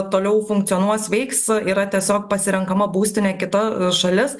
toliau funkcionuos veiks yra tiesiog pasirenkama būstinė kita šalis